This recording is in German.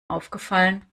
aufgefallen